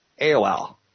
AOL